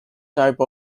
type